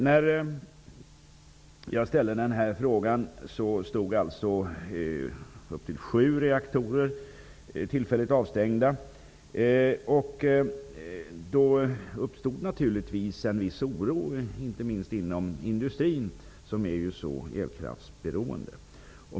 När jag ställde frågan var alltså upp till sju reaktorer tillfälligt avstängda, och då uppstod naturligtvis en viss oro, inte minst inom industrin, som är så elkraftberoende.